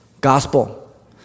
gospel